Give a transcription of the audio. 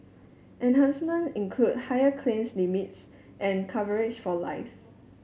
enhancements include higher claims limits and coverage for life